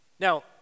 Now